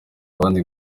abandi